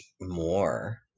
more